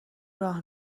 راه